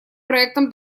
проектом